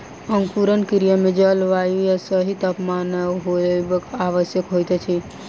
अंकुरण क्रिया मे जल, वायु आ सही तापमानक होयब आवश्यक होइत अछि